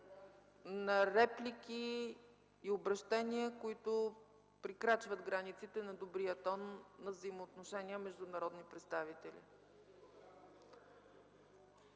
на реплики и обръщения, които прекрачват границите на добрия тон на взаимоотношения между народните представители.